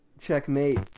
Checkmate